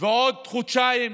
ועוד חודשיים.